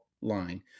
line